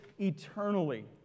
eternally